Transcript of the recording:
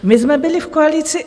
My jsme byli v koalici.